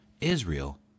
Israel